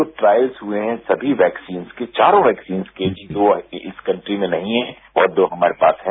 जो ट्रायल्स हुए है समी वैक्सीन की चारों वैक्सीन की जो अभी इस कंट्री में नहीं है और जो हमारे पास है